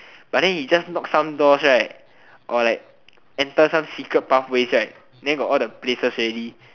but then he just knock some doors right or light enter some secret pathways right then got all the places already